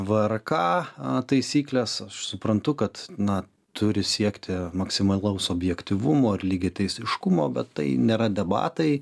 vrk taisykles aš suprantu kad na turi siekti maksimalaus objektyvumo ir lygiateisiškumo bet tai nėra debatai